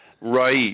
Right